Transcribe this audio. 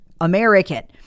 American